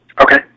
Okay